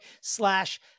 slash